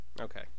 Okay